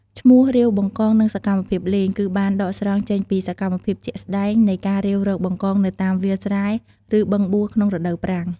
ឈ្មោះ រាវបង្កង និងសកម្មភាពលេង គឺបានដកស្រង់ចេញពីសកម្មភាពជាក់ស្តែងនៃការរាវរកបង្កងនៅតាមវាលស្រែ ឬបឹងបួរក្នុងរដូវប្រាំង។